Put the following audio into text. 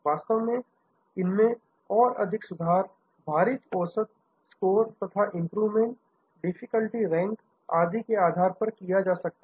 वास्तव में इनमें और अधिक सुधार भारित औसत स्कोर तथा इंप्रूवमेंट डिफिकल्टी रैंक आदि के आधार पर किया जा सकता है